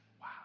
wow